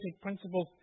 principles